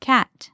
Cat